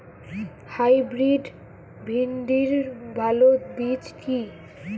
Hybrid ভিন্ডির ভালো বীজ কি?